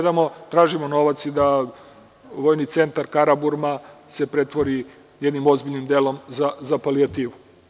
Tražimo novac i da vojni centar Karaburma se pretvori jednim ozbiljnim delom i za palijativu.